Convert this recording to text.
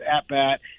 at-bat